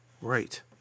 Right